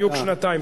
בדיוק שנתיים,